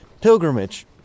pilgrimage